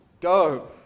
go